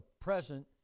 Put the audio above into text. present